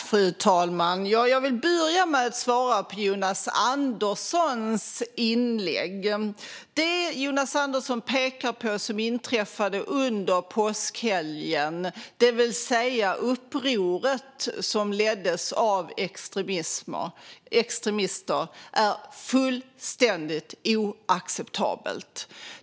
Fru talman! Jag vill börja med att svara på Jonas Anderssons inlägg. Det Jonas Andersson pekar på som inträffade under påskhelgen, det vill säga upproret som leddes av extremister, är fullständigt oacceptabelt.